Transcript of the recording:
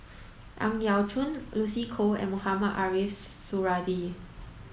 Ang Yau Choon Lucy Koh and Mohamed Ariff Suradi